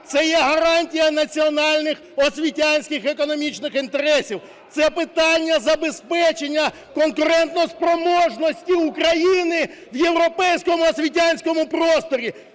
це є гарантія національних освітянських економічних інтересів, це питання забезпечення конкурентоспроможності України в європейському освітянському просторі.